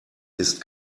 ist